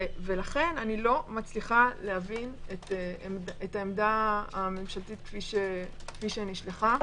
- לכן איני מצליחה להבין את העמדה הממשלתית כפי שנשלחה,